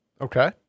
Okay